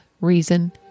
reason